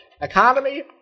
economy